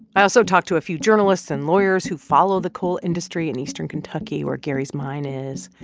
i also talked to a few journalists and lawyers who follow the coal industry in eastern kentucky, where gary's mine is.